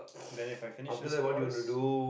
then If I finish this course